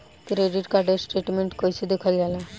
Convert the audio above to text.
Credit card statement कइसे देखल जाला?